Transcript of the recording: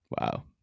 Wow